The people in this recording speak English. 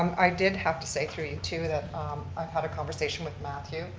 i did have to say through you, too, that i've had a conversation with matthew